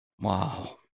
Wow